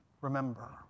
remember